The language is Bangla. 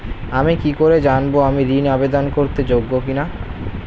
আমি কি করে জানব আমি ঋন আবেদন করতে যোগ্য কি না?